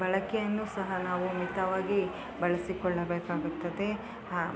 ಬಳಕೆಯನ್ನು ಸಹ ನಾವು ಮಿತವಾಗಿ ಬಳಸಿಕೊಳ್ಳಬೇಕಾಗುತ್ತದೆ ಹಾಂ